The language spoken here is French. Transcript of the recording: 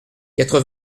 quatre